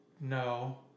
No